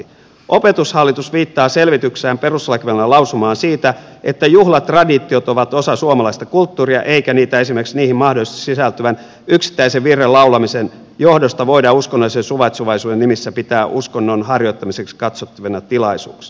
opetushallitus viittaa selvityksessään perustuslakivaliokunnan lausumaan siitä että juhlatraditiot ovat osa suomalaista kulttuuria eikä niitä esimerkiksi niihin mahdollisesti sisältyvän yksittäisen virren laulamisen johdosta voida uskonnollisen suvaitsevaisuuden nimissä pitää uskonnon harjoittamiseksi katsottavina tilaisuuksina